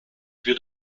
für